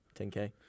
10K